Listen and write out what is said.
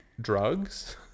drugs